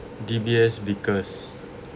D_B_S Vickers